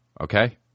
okay